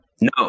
No